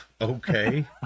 Okay